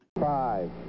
Five